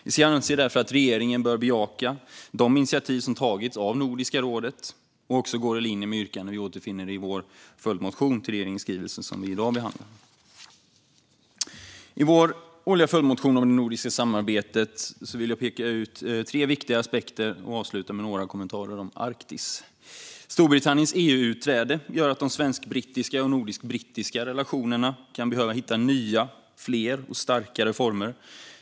Vi anser därför att regeringen bör bejaka de initiativ som tagits av Nordiska rådet och som också går i linje med de yrkanden som återfinns i vår följdmotion till regeringens skrivelse, vilken vi i dag behandlar. I vår årliga följdmotion om det nordiska samarbetet vill jag peka ut tre viktiga aspekter och avsluta med några kommentarer om Arktis. Storbritanniens EU-utträde gör att de svensk-brittiska och nordisk-brittiska relationerna kan behöva hitta nya, fler och starkare former.